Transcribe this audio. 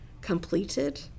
completed